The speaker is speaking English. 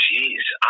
Jeez